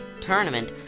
tournament